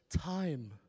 time